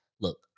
look